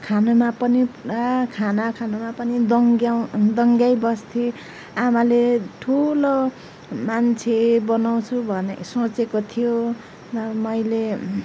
खानुमा पनि पुरा खाना खानुमा पनि दङ्ग्याउनु दङ्ग्याइबस्थेँ आमाले ठुलो मान्छे बनाउँछु भन्ने सोचेको थियो तर मैले